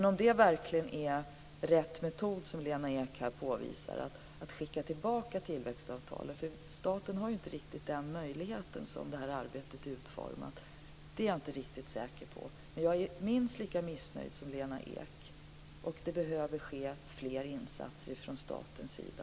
Om det verkligen är rätt metod, som Lena Ek föreslår, att skicka tillbaka tillväxtavtalen - staten har ju inte riktigt den möjligheten med det sätt som det här arbetet är utformat - är jag inte riktigt säker på. Men jag är minst lika missnöjd som Lena Ek, och det behöver ske fler insatser från statens sida.